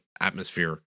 atmosphere